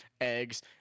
Eggs